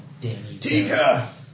Tika